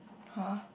[huh]